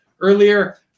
earlier